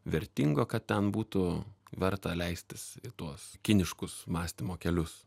vertingo kad ten būtų verta leistis į tuos kiniškus mąstymo kelius